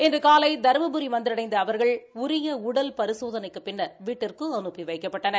இன்று காலை தருமபுரி வந்தடைந்த அவர்கள் உரிய உடல் பரிசோதனைக்குப் பின்னர் வீட்டிற்கு அனுப்பி வைக்கப்பட்டனர்